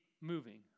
moving